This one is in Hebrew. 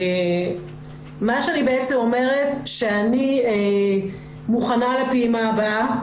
מה שאני בעצם אומרת שאני מוכנה לפעימה הבאה.